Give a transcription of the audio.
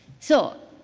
so,